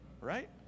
right